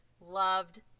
loved